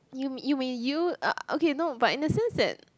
you you may you uh okay no but in the sense that